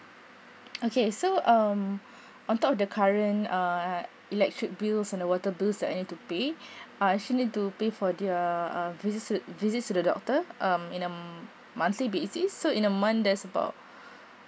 okay so um on top of the current err electric bills and the water bills that I need to pay I actually do pay for the uh visit to visit to the doctor um in um monthly basis so in a moment there's about